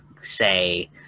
say